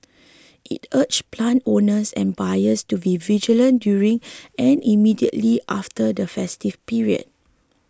it urged plant owners and buyers to be vigilant during and immediately after the festive period